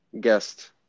guest